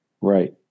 Right